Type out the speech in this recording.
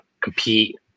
compete